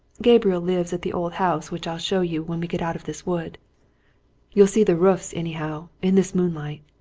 gabriel lives at the old house which i'll show you when we get out of this wood you'll see the roofs, anyhow, in this moonlight.